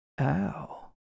Ow